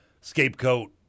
scapegoat